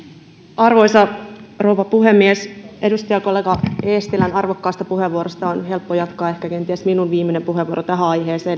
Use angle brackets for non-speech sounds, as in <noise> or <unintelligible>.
arvoisa rouva puhemies edustajakollega eestilän arvokkaasta puheenvuorosta on helppo jatkaa kenties minun viimeinen puheenvuoroni tähän aiheeseen <unintelligible>